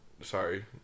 Sorry